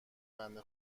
بنده